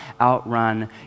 outrun